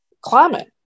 climate